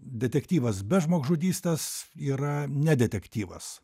detektyvas be žmogžudystės yra ne detektyvas